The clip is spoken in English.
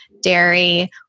dairy